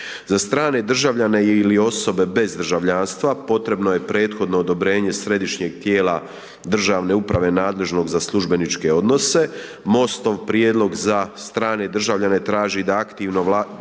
za strane državljane ili osobe bez državljanstva potrebno je prethodno odobrenje središnjeg tijela državne uprave nadležnog za službeničke odnose, MOST-ov prijedlog za strane državljane traži da aktivno vlada